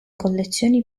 collezioni